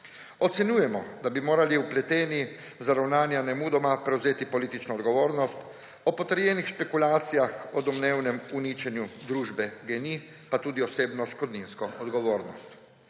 Ocenjujemo, da bi morali vpleteni za ravnanja nemudoma prevzeti politično odgovornost, ob potrjenih špekulacijah o domnevnem uničenju družbe Gen-I pa tudi osebno odškodninsko odgovornost.